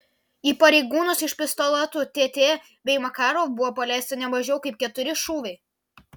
į pareigūnus iš pistoletų tt bei makarov buvo paleista ne mažiau kaip keturi šūviai